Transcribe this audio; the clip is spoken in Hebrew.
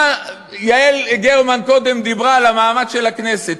יעל גרמן קודם דיברה על המאמץ של הכנסת.